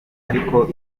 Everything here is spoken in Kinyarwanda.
ariko